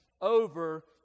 over